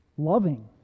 Loving